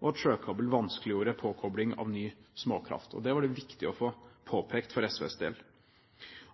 og at sjøkabel vanskeliggjorde påkobling av ny småkraft. Det var det viktig å få påpekt for SVs del.